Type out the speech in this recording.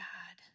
God